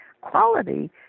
quality